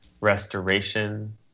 restoration